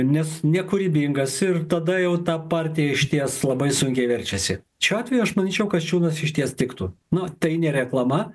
nes nekūrybingas ir tada jau ta partija išties labai sunkiai verčiasi šiuo atveju aš manyčiau kasčiūnas išties tiktų nu tai ne reklama